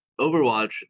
Overwatch